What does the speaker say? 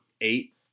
eight